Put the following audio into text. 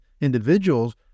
individuals